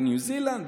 בניו זילנד,